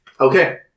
okay